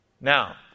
Now